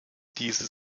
dieses